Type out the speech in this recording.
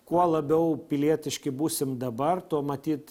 kuo labiau pilietiški būsim dabar tuo matyt